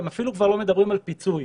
הם אפילו לא מדברים על פיצוי,